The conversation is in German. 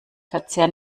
verzehr